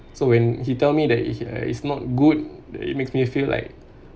so when he tell me that it uh is not good then it makes me feel like